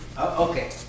Okay